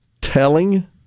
telling